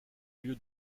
lieu